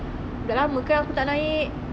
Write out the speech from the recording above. dah lama kan aku tak naik